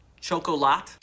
Chocolat